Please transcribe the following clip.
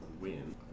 Win